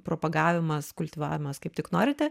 propagavimas kultivavimas kaip tik norite